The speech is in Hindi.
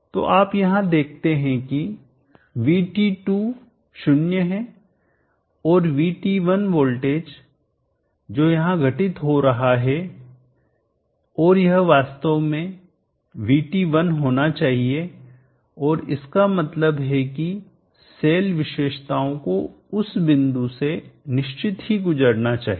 तो यहां आप देखते हैं कि VT2 0 है और VT1 वोल्टेज है जो यहां घटित हो रहा है और यह वास्तव में VT1 होना चाहिए और इसका मतलब है कि सेल विशेषताओं को उस बिंदु से निश्चित ही गुजरना चाहिए